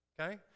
okay